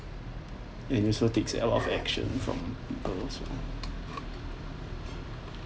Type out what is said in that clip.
and you also take a lot of action from people so